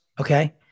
Okay